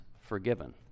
forgiven